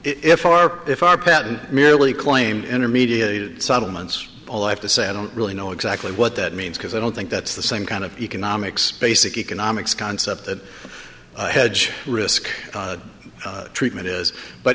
our if our patent merely claimed intermediated settlements all i have to say i don't really know exactly what that means because i don't think that's the same kind of economics basic economics concept that hedge risk treatment is but